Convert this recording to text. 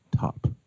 Top